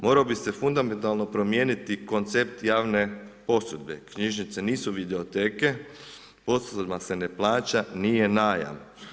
Morao bi se fundamentalno promijeniti koncept javne posudbe, knjižnice nisu videoteke, posudba se ne plaća, nije najam.